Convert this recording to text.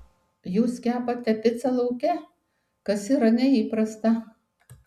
jūs kepate picą lauke kas yra neįprasta